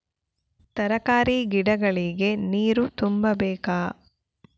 ತರಕಾರಿ ಗಿಡಗಳಿಗೆ ನೀರು ತುಂಬಬೇಕಾ?